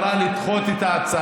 היא אמרה לדחות את ההצעה,